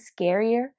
scarier